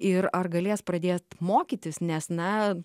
ir ar galės pradėt mokytis nes na